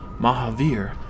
Mahavir